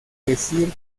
decir